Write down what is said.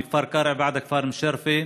מכפר קרע ועד הכפר מושירפה.